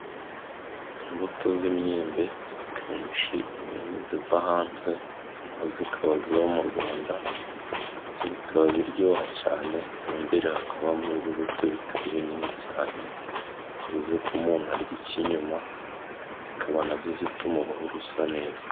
Imbuto z'imyembe akenshi inini ziva hanze, into zikaba ziba mu Rwanda, bikaba biryoha cane. Imbere hakabamo ibibuto bitari binini cyane, bivuze ko umuntu arya icy'inyuma, zikaba nazo zituma uruhu rusa neza.